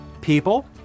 people